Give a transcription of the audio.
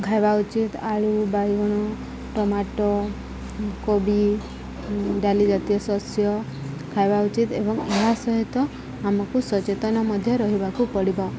ଖାଇବା ଉଚିତ ଆଳୁ ବାଇଗଣ ଟମାଟୋ କୋବି ଡାଲି ଜାତୀୟ ଶସ୍ୟ ଖାଇବା ଉଚିତ ଏବଂ ଏହା ସହିତ ଆମକୁ ସଚେତନ ମଧ୍ୟ ରହିବାକୁ ପଡ଼ିବ